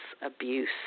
abuse